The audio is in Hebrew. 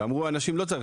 והיו אנשים שאמרו לא צריך,